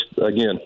again